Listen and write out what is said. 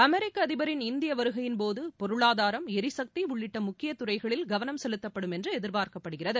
அமெிக்க அதிபரின் இந்திய வருகையின் போது பொருளாதாரம் ளரிசக்தி உள்ளிட்ட முக்கிய துறைகளில் கவனம் செலுத்தப்படும் என்று எதிர்பார்க்கப்படுகிறது